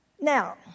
Now